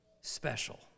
special